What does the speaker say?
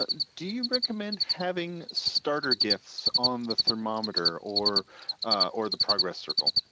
ah do you recommend having starter gifts on the thermometer or or the progress circle?